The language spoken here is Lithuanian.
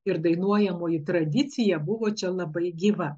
ir dainuojamoji tradicija buvo čia labai gyva